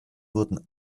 wurden